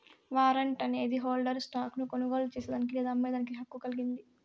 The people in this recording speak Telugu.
వారంట్ అనేది హోల్డర్ను స్టాక్ ను కొనుగోలు చేసేదానికి లేదా అమ్మేదానికి హక్కు కలిగింది